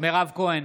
מירב כהן,